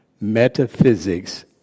metaphysics